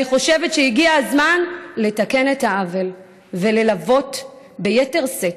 אני חושבת שהגיע הזמן לתקן את העוול וללוות ביתר שאת,